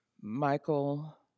Michael